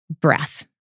breath